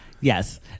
Yes